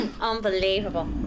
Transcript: Unbelievable